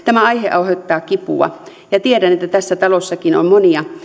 tämä aihe aiheuttaa kipua ja tiedän että tässä talossakin on monia